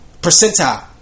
percentile